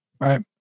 right